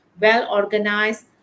well-organized